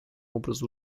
образу